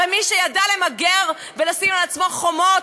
הרי מי שידע למגר ולשים לעצמו חומות